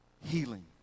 Healing